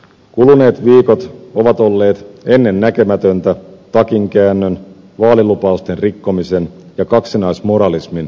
kuluneet viikot ovat olleet ennennäkemätöntä takinkäännön vaalilupausten rikkomisen ja kaksinaismoralismin spektaakkelia